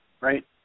right